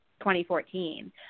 2014